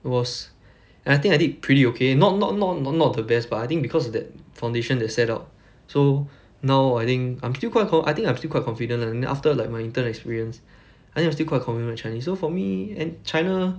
it was and I think I did pretty okay not not not not not the best but I think because of that foundation that set up so now I think I'm still quite con~ I think I'm still quite confident lah and then after like my intern experience I think I still quite confident in my chinese so for me and china